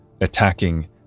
attacking